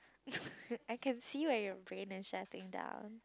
I can see when your brain is shutting down